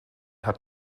hat